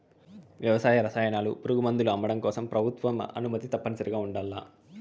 వ్యవసాయ రసాయనాలు, పురుగుమందులు అమ్మడం కోసం ప్రభుత్వ అనుమతి తప్పనిసరిగా ఉండల్ల